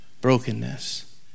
brokenness